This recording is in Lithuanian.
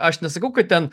aš nesakau kad ten